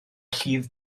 llif